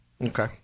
Okay